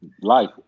life